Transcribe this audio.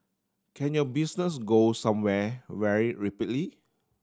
can your business go somewhere very rapidly